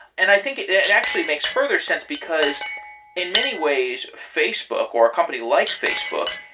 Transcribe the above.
and i think it actually makes further sense, because in many ways, facebook or a company like facebook,